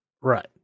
Right